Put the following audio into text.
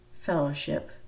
fellowship